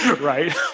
right